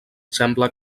sembla